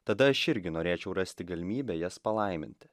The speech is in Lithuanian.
tada aš irgi norėčiau rasti galimybę jas palaiminti